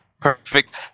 perfect